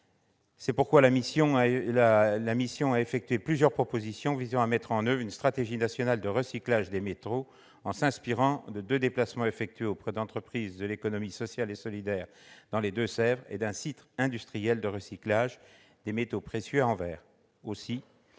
C'est pourquoi la mission a effectué plusieurs propositions visant à mettre en oeuvre une stratégie nationale de recyclage des métaux, en s'inspirant des deux déplacements effectués auprès d'une entreprise de l'économie sociale et solidaire dans les Deux-Sèvres et d'un site industriel de recyclage des métaux précieux à Anvers.